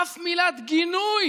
אף מילת גינוי